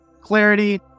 clarity